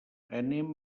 anem